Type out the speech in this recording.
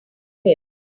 him